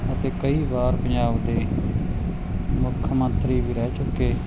ਅਤੇ ਕਈ ਵਾਰ ਪੰਜਾਬ ਦੇ ਮੁੱਖ ਮੰਤਰੀ ਵੀ ਰਹਿ ਚੁੱਕੇ